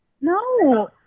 No